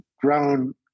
grown